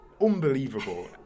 unbelievable